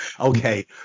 Okay